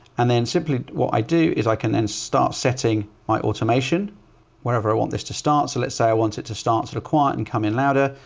and then simply what i do is i can then start setting my automation wherever i want this to start. so let's say i want it to start sort of quiet and come in louder,